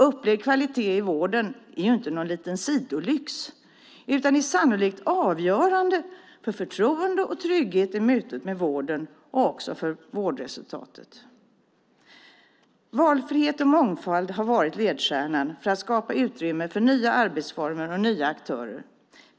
Upplevd kvalitet i vården är inte någon liten sidolyx, utan det är sannolikt avgörande för förtroende och trygghet i mötet med vården och även för vårdresultatet. Valfrihet och mångfald har varit ledstjärnan för att skapa utrymme för nya arbetsformer och nya aktörer.